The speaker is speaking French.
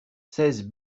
seize